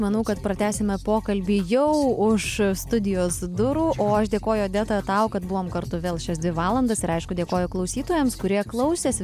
manau kad pratęsime pokalbį jau už studijos durų o aš dėkoju odeta tau kad buvom kartu vėl šias dvi valandas ir aišku dėkoju klausytojams kurie klausėsi